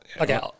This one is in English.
okay